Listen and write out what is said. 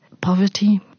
Poverty